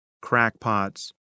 crackpots